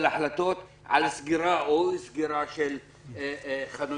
החלטות על סגירה או אי סגירה של חנויות,